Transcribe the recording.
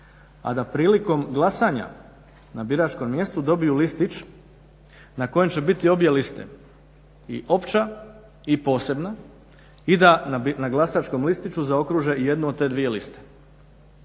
a da prilikom glasanja na biračkom mjestu dobiju listić na kojoj će biti obje liste, i opća i posebna i da na glasačkom listiću zaokruže jednu od te dvije liste.